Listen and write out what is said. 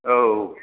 औ